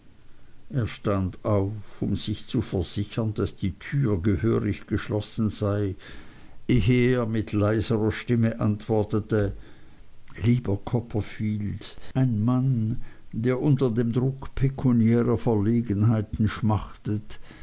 er stand auf um sich zu versichern daß die türe gehörig geschlossen sei ehe er mit leiserer stimme antwortete lieber copperfield ein mann der unter dem druck pekuniärer verlegenheiten schmachtet